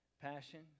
passion